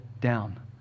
down